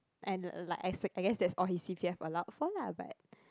and like I s~ I guess that all his C_P_F allowed for lah but